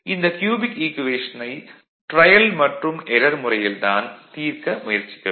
இந்த க்யூபிக் ஈக்குவேஷனை ட்ரையல் மற்றும் எரர் முறையில் தான் தீர்க்க முயற்சிக்க வேண்டும்